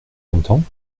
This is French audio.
longtemps